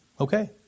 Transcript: Okay